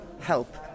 help